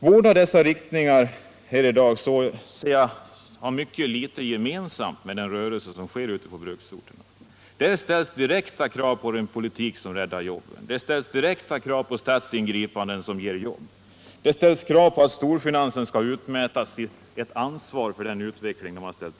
Jag anser att båda de i dag här företrädda riktningarna har mycket litet gemensamt med den rörelse som sker ute på bruksorterna. Där ställs direkta krav på den politik som räddar jobben. Där ställs direkta krav på statsingripanden, som ger jobb. Det ställs krav på att man hos storfinansen skall utmäta ett ansvar för den utveckling som skett.